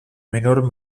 menor